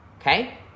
Okay